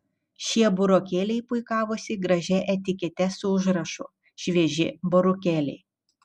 šie burokėliai puikavosi gražia etikete su užrašu švieži burokėliai